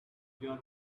your